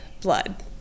blood